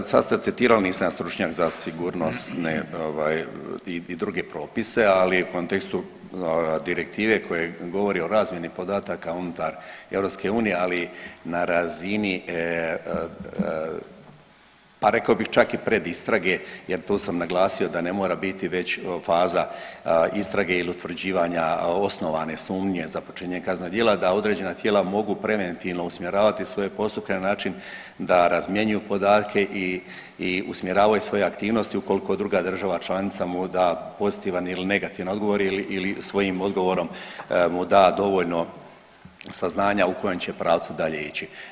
Pa zašto, sad ste citirali nisam ja stručnjak za sigurnosne ovaj i druge propise, ali u kontekstu direktive koja govori o razmjeni podataka unutar EU ali na razini pa rekao bih čak i predistrage jer tu sam naglasio da ne mora biti već faza istrage ili utvrđivanja osnovane sumnje za počinjenje kaznenog dijela da određena tijela mogu preventivno usmjeravati svoje postupke na način da razmjenjuju podatke i, i usmjeravaju svoje aktivnosti ukoliko druga država članica mu da pozitivan ili negativan odgovor ili svojim odgovorom mu da dovoljno saznanja u kojem će pravcu dalje ići.